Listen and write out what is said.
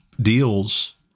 deals